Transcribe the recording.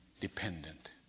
dependent